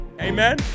Amen